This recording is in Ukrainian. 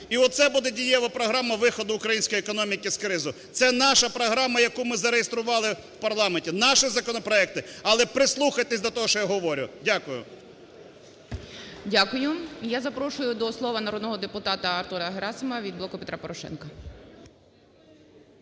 І оце буде дієва програма виходу української економіки з кризи. Це наша програма, яку ми зареєстрували в парламенті, наші законопроекти, але прислухайтеся до того, що я говорю. Дякую. ГОЛОВУЮЧИЙ. Дякую. І я запрошую до слова народного депутата Артура Герасимова від "Блоку Петра Порошенка".